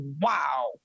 wow